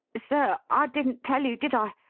sir, i didn't tell you, did i,